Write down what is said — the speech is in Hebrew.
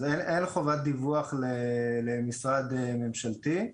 אז אין חובת דיווח למשרד ממשלתי,